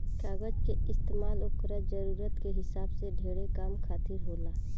कागज के इस्तमाल ओकरा जरूरत के हिसाब से ढेरे काम खातिर होला